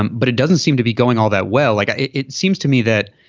um but it doesn't seem to be going all that well like ah it it seems to me that